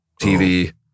TV